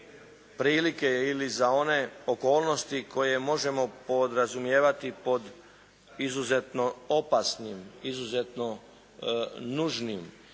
prilike ili za one okolnosti koje možemo podrazumijevati pod izuzetno opasnim, izuzetno nužnim,